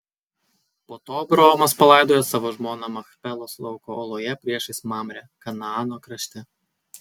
po to abraomas palaidojo savo žmoną machpelos lauko oloje priešais mamrę kanaano krašte